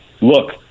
Look